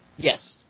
Yes